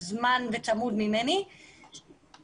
מלווה בפן של פנים וגביית רשויות מקומיות